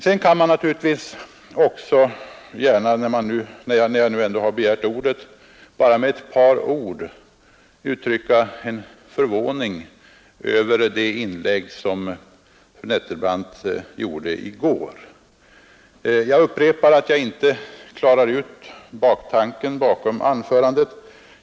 När jag nu har begärt ordet vill jag också bara med ett par ord uttrycka förvåning över det inlägg som fru Nettelbrandt gjorde i går. Jag upprepar att jag inte klarar ut baktanken bakom anförandet.